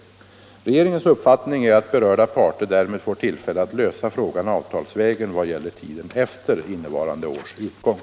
Regeringens uppfattning är att berörda parter därmed får tillfälle att lösa frågan avtalsvägen beträffande tiden efter innevarande års utgång.